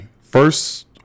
first